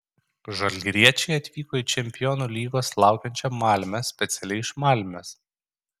žalgiriečiai atvyko į čempionų lygos laukiančią malmę specialiai iš malmės